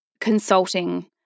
consulting